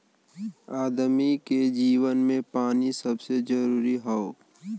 आदमी के जीवन मे पानी सबसे जरूरी हौ